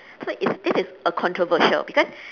so is this is a controversial because